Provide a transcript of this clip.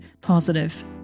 positive